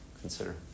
consider